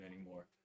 anymore